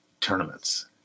tournaments